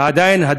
ועדיין,